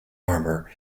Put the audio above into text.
armor